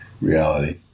reality